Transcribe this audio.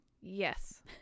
Yes